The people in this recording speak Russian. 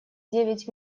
девять